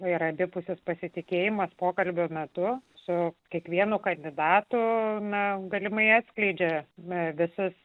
ir abipusis pasitikėjimas pokalbio metu su kiekvienu kandidato na galimai atskleidžia ne visus